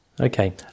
Okay